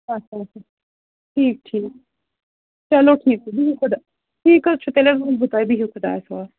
اَچھا اَچھا ٹھیٖک ٹھیٖک چلو ٹھیٖک چھُ بِہِو خۄدایَس ٹھیٖک حظ چھُ تیٚلہِ حظ ونہٕ بہٕ تۄہہِ بِہِو خۄدایَس حوال